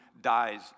dies